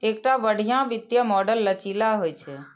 एकटा बढ़िया वित्तीय मॉडल लचीला होइ छै